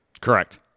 correct